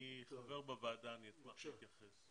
אני חבר בוועדה ואני אשמח להתייחס.